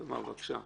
תמר, בבקשה.